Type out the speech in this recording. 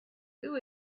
who